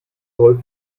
soll